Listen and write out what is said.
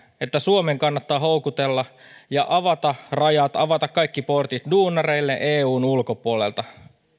että suomen kannattaa houkutella ja avata rajat avata kaikki portit duunareille eun ulkopuolelta